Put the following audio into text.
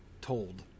told